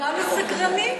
כולנו סקרנים.